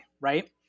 right